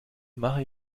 mache